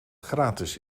gratis